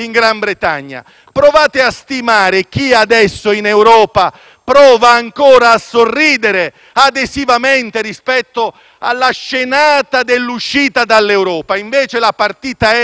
prova ancora a sorridere adesivamente rispetto alla scenata dell'uscita dall'Europa. Invece, la partita è discutere nel merito, configurare meglio, precisare,